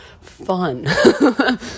fun